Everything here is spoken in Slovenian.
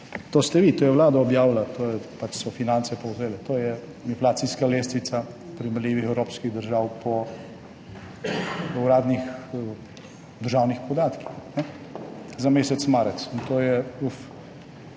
to ste vi, to je vlada objavila, pač so Finance povzele, to je inflacijska lestvica primerljivih evropskih držav po uradnih državnih podatkih za mesec marec. In to /